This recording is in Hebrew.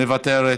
מוותרת,